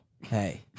hey